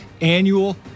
annual